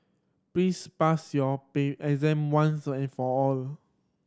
please pass your exam once and for all